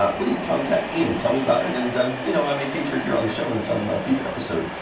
ah please, contact me and tell me about it and um you know, i may feature it here on the show in some future episode.